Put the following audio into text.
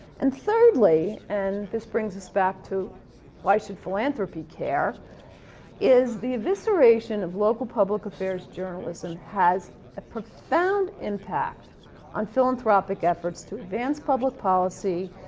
and thirdly, and this brings us back to why should philanthropy care is the evisceration of local public affairs journalism has a profound impact on philanthropic efforts to advance public policy,